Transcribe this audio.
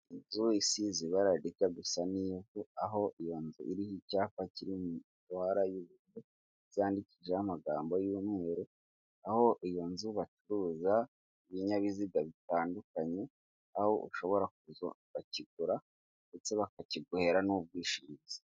Inzu isize ibara rijya gusa nivu, aho iyo nzu iri icyapa kiri mutwara zandikijeho amagambo y'umweru, aho iyo nzu bacuruza ibinyabiziga bitandukanye, aho ushobora bakigura ndetse bakakiguhera n'ubwishingizi.